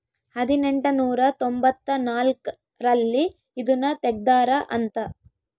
ಹದಿನೆಂಟನೂರ ತೊಂಭತ್ತ ನಾಲ್ಕ್ ರಲ್ಲಿ ಇದುನ ತೆಗ್ದಾರ ಅಂತ